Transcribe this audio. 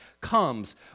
comes